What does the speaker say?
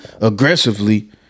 aggressively